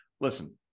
listen